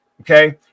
Okay